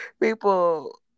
people